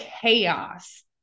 chaos